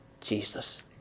Jesus